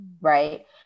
right